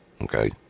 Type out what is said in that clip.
okay